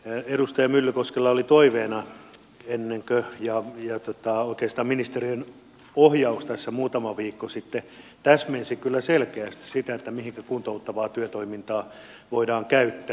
edustaja myllykoskella oli toive ennen kuin oikeastaan ministeriön ohjaus tässä muutama viikko sitten täsmensi kyllä selkeästi sitä mihinkä kuntouttavaa työtoimintaa voidaan käyttää